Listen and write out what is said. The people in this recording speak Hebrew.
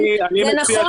זה נכון